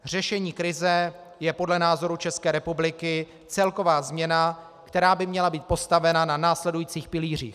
Řešením krize je podle názoru České republiky celková změna, která by měla být postavena na následujících pilířích: